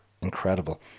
incredible